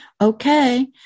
Okay